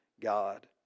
God